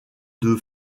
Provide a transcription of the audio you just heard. deux